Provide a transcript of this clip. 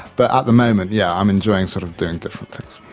but at the moment, yeah, i'm enjoying sort of doing different things.